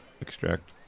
extract